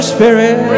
Spirit